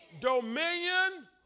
dominion